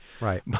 Right